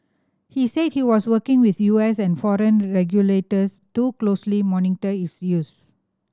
he said he was working with U S and foreign regulators to closely monitor its use